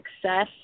success